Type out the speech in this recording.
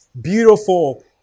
Beautiful